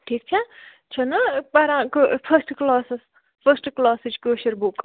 ٹھیٖک چھَ چھ نہ پَران فٔسٹ کلاسس فٔسٹ کلاسچ کٲشر بُک